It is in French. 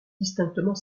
distinctement